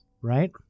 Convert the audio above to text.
right